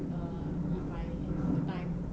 err if I have time